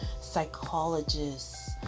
psychologists